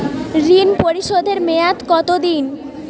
ঋণ পরিশোধের মেয়াদ কত দিন?